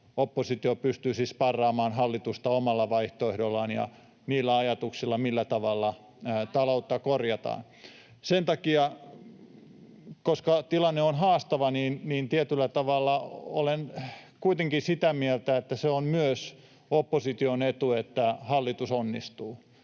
oppositio pystyisi sparraamaan hallitusta omalla vaihtoehdollaan ja ajatuksilla siitä, millä tavalla taloutta korjataan. Sen takia, koska tilanne on haastava, tietyllä tavalla olen kuitenkin sitä mieltä, että se on myös opposition etu, että hallitus onnistuu.